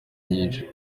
nyinshi